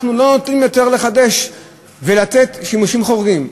אנחנו לא נותנים יותר לחדש ולתת שימושים חורגים.